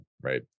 right